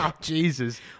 Jesus